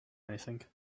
anything